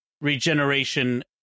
regeneration